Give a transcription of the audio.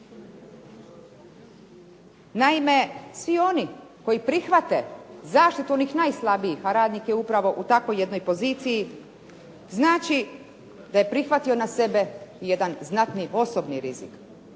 Naime, svi oni koji prihvate zaštitu onih najslabijih, a radnik je upravo u takvoj jednoj poziciji znači da je prihvatio na sebe jedan znatniji osobni rizik,